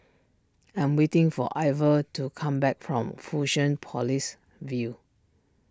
I am waiting for Iver to come back from fusion View